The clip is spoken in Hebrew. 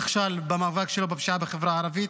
שנכשל במאבק שלו בפשיעה בחברה הערבית,